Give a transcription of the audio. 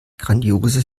grandiose